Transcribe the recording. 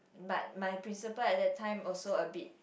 but my principal at that time also a bit